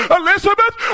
elizabeth